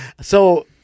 So-